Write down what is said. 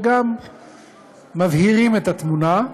וגם מבהירים את התמונה,